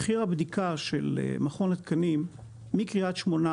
מחיר הבדיקה של מכון התקנים מקרית שמונה